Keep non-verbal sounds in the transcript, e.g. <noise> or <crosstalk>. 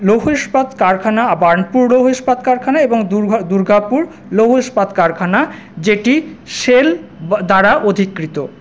লৌহ ইস্পাত কারখানা বার্নপুর লৌহ ইস্পাত কারখানা এবং দুর্গা দুর্গাপুর লৌহ ইস্পাত কারখানা যেটি শেল <unintelligible> দ্বারা অধিকৃত